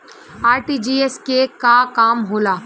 RTGS के का काम होला?